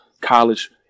college